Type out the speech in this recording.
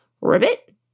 Ribbit